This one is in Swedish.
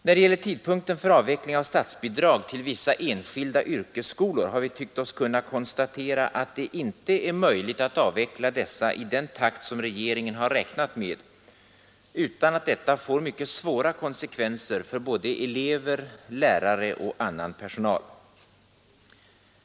När det gäller tidpunkten för avveckling av statsbidrag till vissa enskilda yrkesskolor har vi tyckt oss kunna konstatera att det inte är möjligt att avveckla dessa i den takt som regeringen har räknat med utan att detta får mycket svåra konsekvenser för såväl elever, lärare som annan personal.